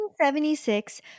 1976